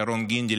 ירון גינדי,